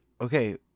Okay